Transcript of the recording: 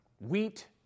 Wheat